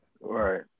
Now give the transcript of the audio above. Right